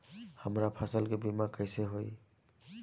हमरा फसल के बीमा कैसे होई?